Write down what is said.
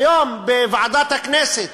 היום בוועדת הכנסת,